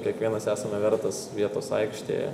kiekvienas esame vertas vietos aikštėje